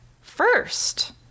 first